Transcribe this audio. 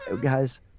guys